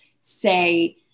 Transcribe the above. say